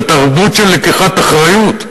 בתרבות של לקיחת אחריות.